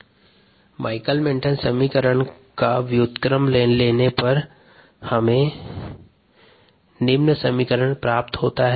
vvmSKmS Michaelis Menten समीकरण का व्युत्क्रम लेने पर निम्नानुसार समीकरण प्राप्त होता है